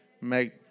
make